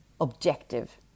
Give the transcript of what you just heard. objective